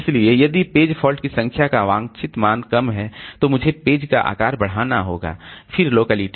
इसलिए यदि page fault की संख्या का वांछित मान कम है तो मुझे पेज का आकार बढ़ाना होगा फिर लोकेलिटी